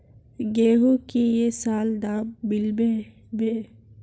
गेंहू की ये साल दाम मिलबे बे?